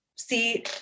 see